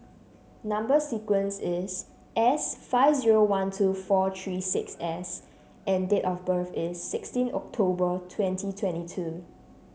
number sequence is S five zero one two four three six S and date of birth is sixteen October twenty twenty two